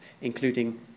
including